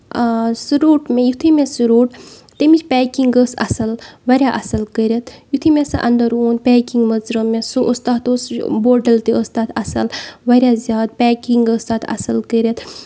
سُہ روٚٹ مےٚ یِتھُے مےٚ سُہ روٚٹ تَمِچ پیکِنگ ٲسۍ اَصٕل واریاہ اَصٕل کٔرِتھ یِتھُے مےٚ سُہ اَندر اوٚن پیکِنگ مٕژرٲو مےٚ سُہ اوس تَتھ اوس بوٹل تہِ ٲسۍ تَتھ اَصٕل واریاہ زیادٕ پیکِنگ ٲسۍ تَتھ اَصٕل کٔرِتھ